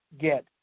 get